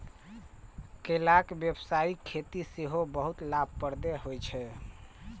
केलाक व्यावसायिक खेती सेहो बहुत लाभप्रद होइ छै